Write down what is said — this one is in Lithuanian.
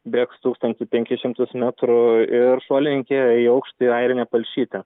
bėgs tūkstantį penkis šimtus metrų ir šuolininkė į aukštį airinė palšytė